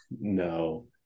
No